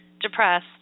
depressed